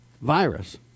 virus